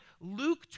Luke